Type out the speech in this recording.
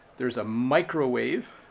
there's a microwave,